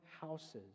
houses